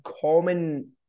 common